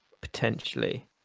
potentially